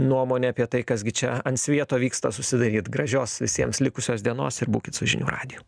nuomonę apie tai kas gi čia ant svieto vyksta susidaryt gražios visiems likusios dienos ir būkit su žinių radiju